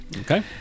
Okay